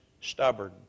Stubborn